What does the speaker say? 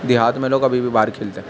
دیہات میں لوگ ابھی بھی باہر کھیلتے ہیں